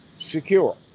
secure